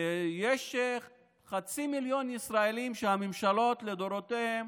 יש חצי מיליון ישראלים שהממשלות לדורותיהן